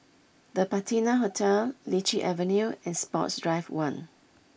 the Patina Hotel Lichi Avenue and Sports Drive one